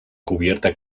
cubierta